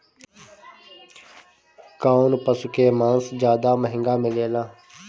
कौन पशु के मांस ज्यादा महंगा मिलेला?